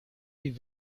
die